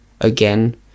again